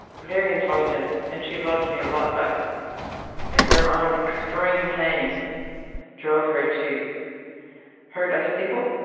very intelligent and she loved me a lot but i think her own extreme pain drove her to hurt other people,